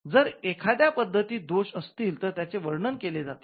जर एखाद्या पद्धतीत दोष असतील तर त्याचे वर्णन केले जाते